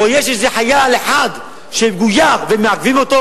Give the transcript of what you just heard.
או שיש איזה חייל אחד שגויר ומעכבים אותו?